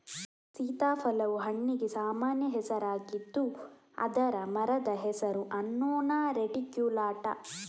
ಸೀತಾಫಲವು ಹಣ್ಣಿಗೆ ಸಾಮಾನ್ಯ ಹೆಸರಾಗಿದ್ದು ಅದರ ಮರದ ಹೆಸರು ಅನ್ನೊನಾ ರೆಟಿಕ್ಯುಲಾಟಾ